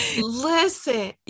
listen